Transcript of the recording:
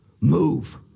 move